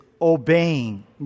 obeying